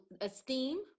esteem